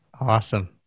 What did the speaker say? Awesome